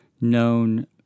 known